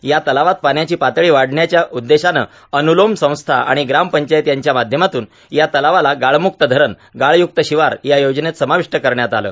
या तलावात पाण्याची पातळी वाढण्याच्या उद्देशाने अन्नुलोम संस्था आणि ग्राम पंचायत यांच्या माध्यमातून या तलावाला गाळ मुक्त धरण गाळ युक्त शिवार या योजनेत समाविष्ट करण्यात आले